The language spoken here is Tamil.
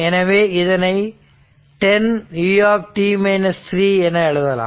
எனவே இதனை 10 u என எழுதலாம்